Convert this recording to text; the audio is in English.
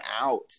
out